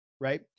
Right